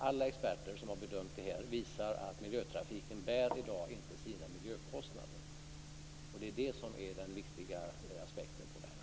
Alla experter som har bedömt den här frågan visar att biltrafiken i dag inte bär sina miljökostnader. Det är det som är den viktiga aspekten på det här.